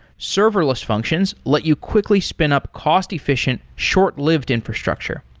serverless functions let you quickly spin up cost-efficient, short-lived infrastructure.